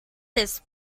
this